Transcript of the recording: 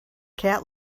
cat